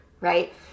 right